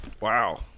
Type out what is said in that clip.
wow